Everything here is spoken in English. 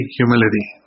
humility